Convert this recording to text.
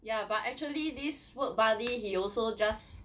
ya but actually this work buddy he also just